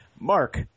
Mark